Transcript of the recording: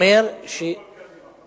לא כל קדימה, חבר הכנסת טיבי.